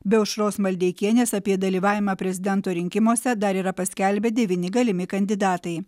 be aušros maldeikienės apie dalyvavimą prezidento rinkimuose dar yra paskelbę devyni galimi kandidatai